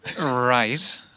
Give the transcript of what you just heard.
Right